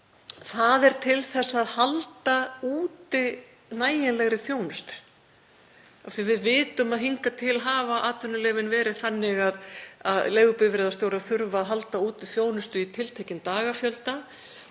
Það er til þess að halda úti nægilegri þjónustu. Við vitum að hingað til hafa atvinnuleyfin verið þannig að leigubifreiðastjórar þurfa að halda úti þjónustu í tiltekinn dagafjölda